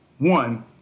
One